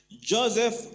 Joseph